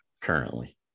currently